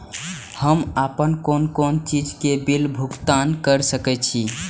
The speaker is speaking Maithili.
हम आपन कोन कोन चीज के बिल भुगतान कर सके छी?